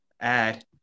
add